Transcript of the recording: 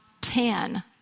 ten